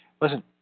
Listen